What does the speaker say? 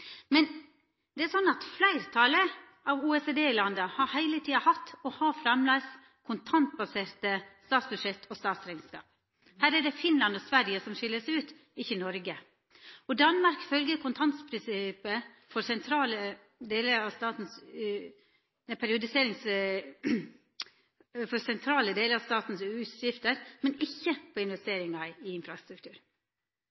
Men det er slik at fleirtalet av OECD-landa heile tida har hatt og har framleis kontantbaserte statsbudsjett og statsrekneskap. Her er det Finland og Sverige som skil seg ut, ikkje Noreg. Danmark følgjer kontantprinsippet for sentrale delar av statens utgifter, men ikkje